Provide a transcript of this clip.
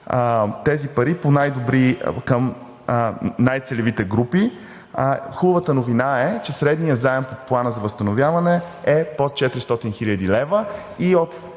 тези пари към най-целевите групи. Хубавата новина е, че средният заем по Плана за възстановяване е под 400 хил. лв. От